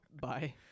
Bye